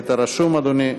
היית רשום, אדוני.